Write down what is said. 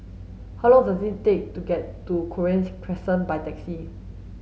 how long does it take to get to Cochrane Crescent by taxi